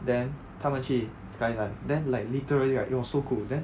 then 他们去 skydive then like literally right it was so cool then